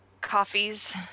coffees